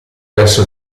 verso